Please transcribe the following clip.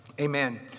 amen